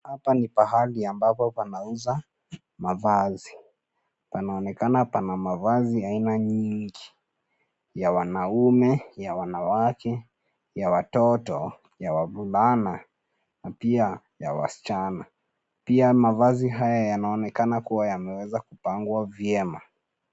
Hapa ni pahali ambapo panauza mavazi. Panaonekana pana mavazi aina nyingi; ya wanaume, ya wanawake, ya watoto, ya wavulana na pia ya wasichana. Pia mavazi haya yanaonekana kuwa yameweza kupangwa vyema.